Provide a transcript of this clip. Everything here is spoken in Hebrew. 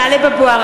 תודה.